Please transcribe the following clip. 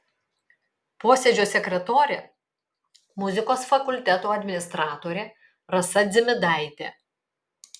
posėdžio sekretorė muzikos fakulteto administratorė rasa dzimidaitė